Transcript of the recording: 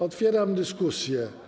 Otwieram dyskusję.